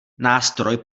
nástroj